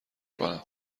کنم